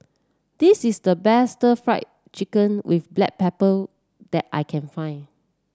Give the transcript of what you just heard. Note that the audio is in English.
this is the best Stir Fried Chicken with Black Pepper that I can find